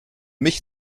mich